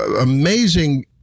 amazing